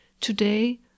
Today